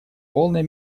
полной